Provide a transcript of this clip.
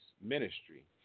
ministry